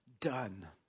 done